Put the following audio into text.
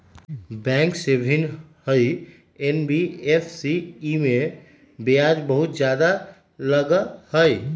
Bank से भिन्न हई एन.बी.एफ.सी इमे ब्याज बहुत ज्यादा लगहई?